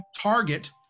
target